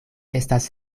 estos